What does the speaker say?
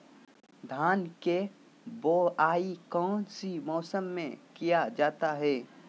धान के बोआई कौन सी मौसम में किया जाता है?